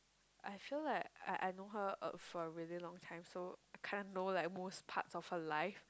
I feel like I I know her uh for really long time so kind know like worst part of her life